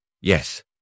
Yes